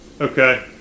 okay